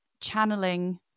channeling